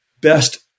best